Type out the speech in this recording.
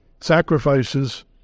sacrifices